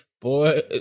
Boy